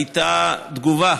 הייתה תגובה